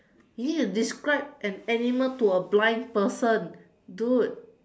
you need to describe an animal to a blind person dude